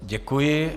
Děkuji.